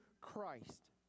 Christ